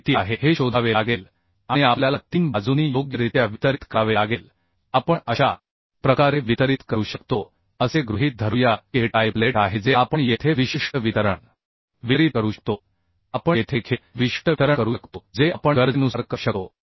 किती आहे हे शोधावे लागेल आणि आपल्याला 3 बाजूंनी योग्यरित्या वितरित करावे लागेल आपण अशा प्रकारे वितरित करू शकतो असे गृहीत धरूया की हे टाइपलेट आहे जे आपण येथे विशिष्ट वितरण वितरीत करू शकतो आपण येथे देखील विशिष्ट वितरण करू शकतो जे आपण गरजेनुसार करू शकतो